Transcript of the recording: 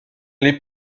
les